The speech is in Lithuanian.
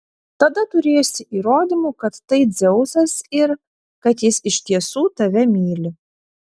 tada turėsi įrodymų kad tai dzeusas ir kad jis iš tiesų tave myli